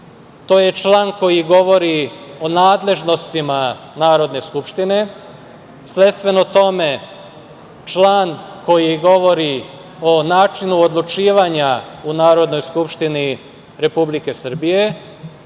to je član koji govori o nadležnostima Narodne skupštine. Svojstveno tome, član koji govori o načinu odlučivanja u Narodnoj skupštini Republike Srbije,